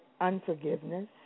unforgiveness